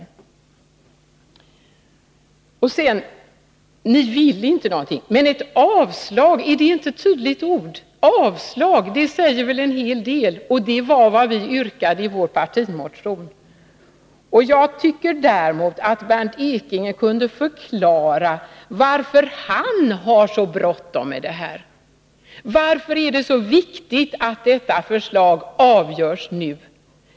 Vi vill alltså ingenting, sade Bernt Ekinge. Men ett yrkande om avslag, är det inte tydligt nog? Det säger väl en hel del. Det var vad vi yrkade i vår partimotion. Jag tycker att Bernt Ekinge borde förklara varför han har så bråttom med detta förslag. Varför är det så viktigt att detta ärende avgörs nu?